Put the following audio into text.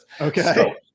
okay